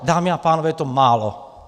Dámy a pánové, je to málo!